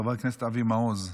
חבר כנסת אבי מעוז,